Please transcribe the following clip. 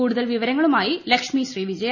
കൂടുതൽ വിവരങ്ങളുമായി ലക്ഷ്മി ശ്രീവിജയ